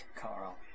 Carl